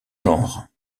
genres